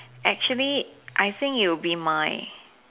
actually I think it will be my